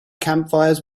campfires